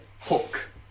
hook